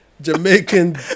Jamaican